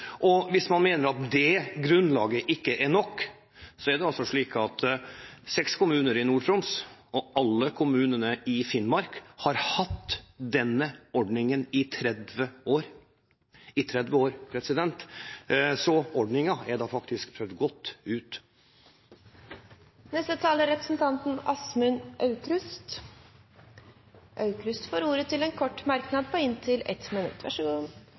og hvis man mener at det grunnlaget ikke er nok, er det slik at seks kommuner i Nord-Troms og alle kommunene i Finnmark har hatt denne ordningen i 30 år. Ordningen er faktisk godt utprøvd. Representanten Åsmund Grøver Aukrust har hatt ordet to ganger tidligere og får ordet til en kort merknad, begrenset til 1 minutt.